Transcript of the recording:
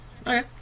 Okay